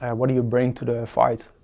and what do you bring to the fight?